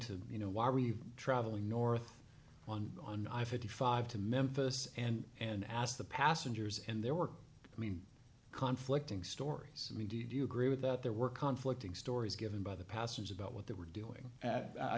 to you know why are you traveling north on on i fifty five to memphis and and asked the passengers and there were i mean conflict ing stories i mean did you agree with that there were conflicting stories given by the passenger about what they were doing